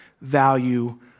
value